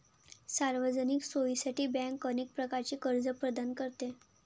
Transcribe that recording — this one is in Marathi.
सार्वजनिक सोयीसाठी बँक अनेक प्रकारचे कर्ज प्रदान करते